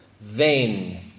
vain